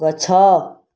ଗଛ